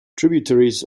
tributaries